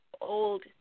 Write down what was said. old